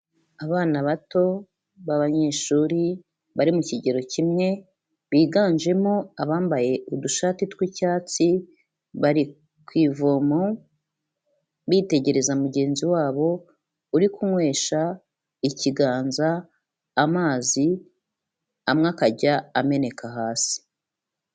Abana bato b'abanyeshuri, bari mu kigero kimwe, biganjemo abambaye udushati tw'icyatsi, bari ku ivomo, bitegereza mugenzi wabo uri kunywesha ikiganza amazi, amwe akajya ameneka hasi.